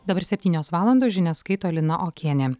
dabar septynios valandos žinias skaito lina okienė